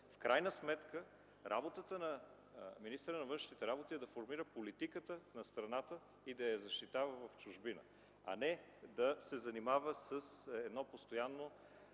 В крайна сметка работата на министъра на външните работи е да формира политиката на страната и да я защитава в чужбина, а не да се занимава с едно постоянно